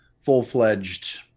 full-fledged